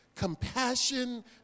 compassion